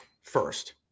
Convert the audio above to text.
first